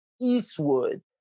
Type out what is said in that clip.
Eastwood